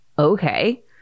Okay